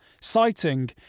citing